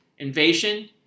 Invasion